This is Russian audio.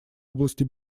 области